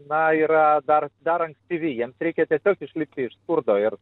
na yra dar darant cv reikia tiesiog išlipti iš skurdo ir